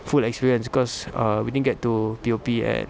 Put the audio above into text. full experience cause uh we didn't get to P_O_P at